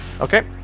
Okay